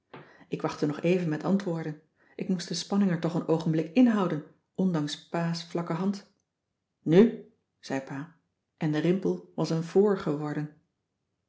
ik wachtte nog even met antwoorden ik moest de spanning er toch een oogenblik inhouden ondanks pa's vlakke hand nu zei pa en de rimpel was een voor geworden